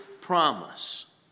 promise